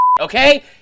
okay